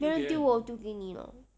别人丢我我丢给你 ah